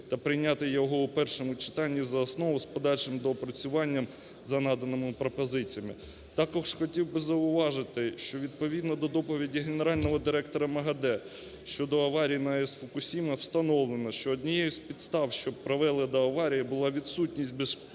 та прийняти його в першому читанні за основу з подальшим доопрацюванням за наданими пропозиціями. Також хотів би зауважити, що відповідно до доповіді Генерального директора МАГАТЕ щодо аварії АЕС Фукусіма встановлено, що однією з підстав, що привела до аварії, була відсутність